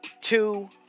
two